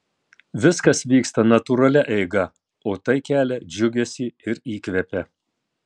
viskas vyksta natūralia eiga o tai kelia džiugesį ir įkvepia